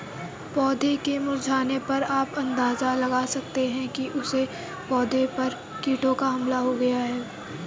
पौधों के मुरझाने पर आप अंदाजा लगा सकते हो कि उस पौधे पर कीटों का हमला हो गया है